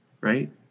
right